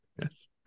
yes